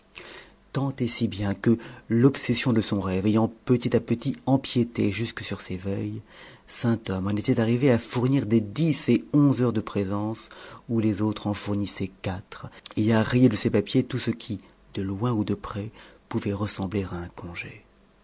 tant et si bien que l'obsession de son rêve ayant petit à petit empiété jusque sur ses veilles sainthomme en était arrivé à fournir des dix et onze heures de présence où les autres en fournissaient quatre et à rayer de ses papiers tout ce qui de loin ou de près pouvait ressembler à un congé